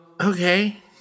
okay